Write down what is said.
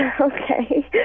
Okay